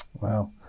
Wow